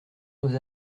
nos